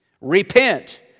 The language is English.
Repent